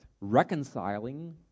reconciling